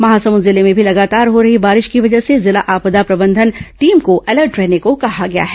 महासमुंद जिले में भी लगातार हो रही बारिश की वजह से जिला आपदा प्रबंधन टीम को अलर्ट रहने को कहा गया है